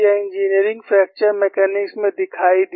यह engineering fracture mechanics में दिखाई दिया